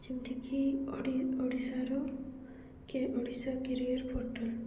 ଯେମିତିକି ଓଡ଼ିଶାର କି ଓଡ଼ିଶା କ୍ୟାରିଅର୍ ପୋର୍ଟାଲ୍